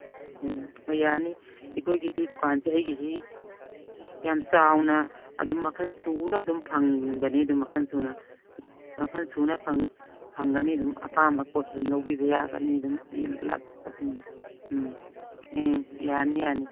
ꯎꯝ ꯍꯣꯏ ꯌꯥꯅꯤ ꯑꯩꯈꯣꯏꯒꯤꯗ ꯗꯨꯀꯥꯟꯁꯦ ꯑꯩꯒꯤꯗꯤ ꯌꯥꯝ ꯆꯥꯎꯅ ꯑꯗꯨꯝ ꯃꯈꯜ ꯁꯨꯅ ꯑꯗꯨꯝ ꯐꯪꯕꯅꯤ ꯑꯗꯨꯝ ꯃꯈꯜ ꯁꯨꯅ ꯃꯈꯜ ꯁꯨꯅ ꯐꯪꯒꯅꯤ ꯑꯗꯨꯝ ꯑꯄꯥꯝꯕ ꯄꯣꯠꯇꯨ ꯑꯗꯨꯝ ꯂꯧꯕꯤꯕ ꯌꯥꯒꯅꯤ ꯑꯗꯨꯝ ꯎꯝ ꯎꯝ ꯎꯝ ꯌꯥꯅꯤ ꯌꯥꯅꯤ